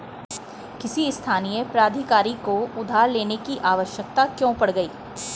किसी स्थानीय प्राधिकारी को उधार लेने की आवश्यकता क्यों पड़ गई?